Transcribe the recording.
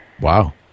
Wow